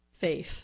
faith